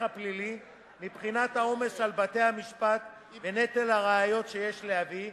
הפלילי מבחינת העומס על בתי-המשפט ונטל הראיות שיש להביא,